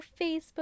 Facebook